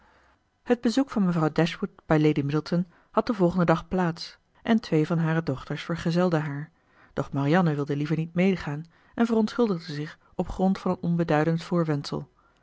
het bezoek van mevrouw dashwood bij lady middleton had den volgenden dag plaats en twee van hare dochters vergezelden haar doch marianne wilde liever niet medegaan en verontschuldigde zich op grond van een onbeduidend voorwendsel